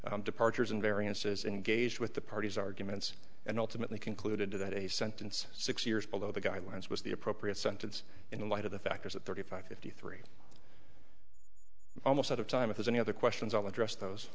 both departures and variance as engaged with the parties arguments and ultimately concluded that a sentence six years below the guidelines was the appropriate sentence in light of the factors of thirty five fifty three almost out of time if there's any other questions i'll address those